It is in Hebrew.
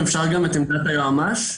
אם אפשר לשמוע גם את עמדת היועץ המשפטי.